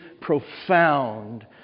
profound